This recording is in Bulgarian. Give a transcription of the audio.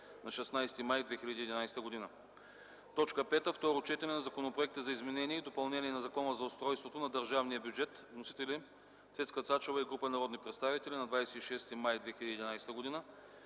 на 16 май 2011 г. 5. Второ четене на Законопроекта за изменение и допълнение на Закона за устройството на държавния бюджет. Вносители – Цецка Цачева и група народни представители на 26 май 2011 г.